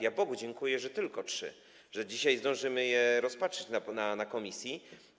Ja Bogu dziękuję, że tylko trzy, że dzisiaj zdążymy je rozpatrzyć na posiedzeniu komisji.